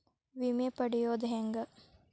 ವಿಮೆ ಪಡಿಯೋದ ಹೆಂಗ್?